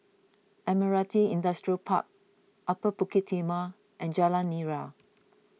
Admiralty Industrial Park Upper Bukit Timah and Jalan Nira